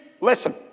Listen